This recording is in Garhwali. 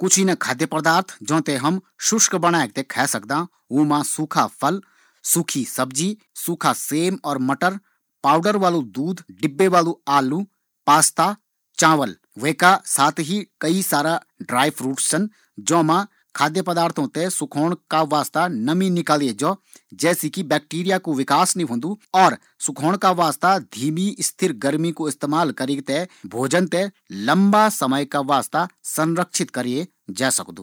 कुछ इन्ना खाद्य पदार्थ जौ ते कि हम शुष्क बनाई ते खाई सकदा उमा सूखा फल सुखी सब्जी, सूखा सेम और मटर अनाज पाउडर वालू दूध डिब्बा बंद आलू और कई सारा ड्राई फ़्रूट छन।